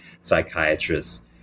psychiatrists